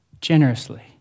generously